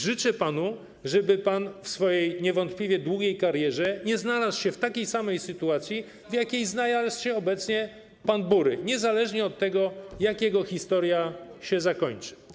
Życzę panu, żeby pan w swojej niewątpliwie długiej karierze nie znalazł się w takiej samej sytuacji, w jakiej znalazł się obecnie pan Bury, niezależnie od tego, jak jego historia się zakończy.